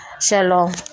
Shalom